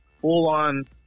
full-on –